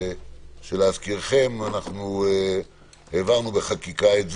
להזכירכם, העברנו את זה בחקיקה.